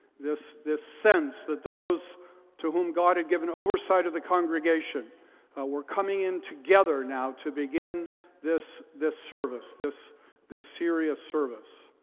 this this sense that those to whom god had given oversight of the congregation were coming in together now to begin this this service, this this serious service.